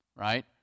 right